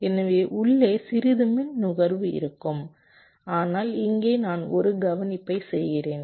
எனவே உள்ளே சிறிது மின் நுகர்வு இருக்கும் ஆனால் இங்கே நான் ஒரு கவனிப்பை செய்கிறேன்